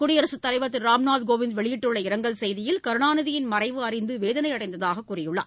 குடியரசுத் தலைவர் திரு ராம்நாத் கோவிந்த் வெளியிட்டுள்ள இரங்கல் செய்தியில் கருணாநிதியின் மறைவு அறிந்து வேதனையடைந்ததாக கூறியுள்ளார்